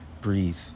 breathe